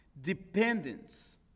dependence